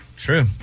True